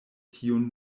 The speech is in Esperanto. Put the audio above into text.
tiun